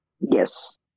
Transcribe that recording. yes